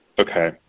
Okay